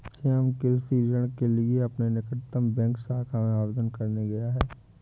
श्याम कृषि ऋण के लिए अपने निकटतम बैंक शाखा में आवेदन करने गया है